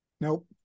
Nope